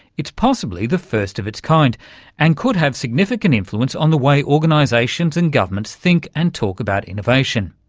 it's possibly the first of its kind and could have significant influence on the way organisations and governments think and talk about innovation.